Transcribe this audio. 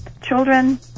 Children